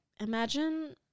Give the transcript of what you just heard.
imagine